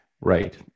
Right